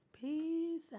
peace